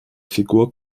figur